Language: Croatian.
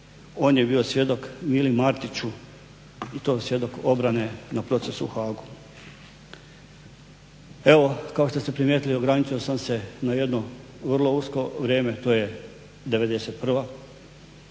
On je bio svjedok Mili Martiću i to svjedok obrane na procesu u Haagu. Evo kao što ste primijetili ograničio sam se na jedno vrlo usko vrijeme to je 91.